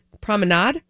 promenade